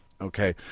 Okay